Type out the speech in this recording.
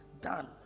done